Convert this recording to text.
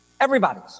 Everybody's